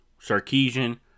Sarkeesian